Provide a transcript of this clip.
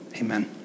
Amen